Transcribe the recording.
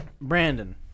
Brandon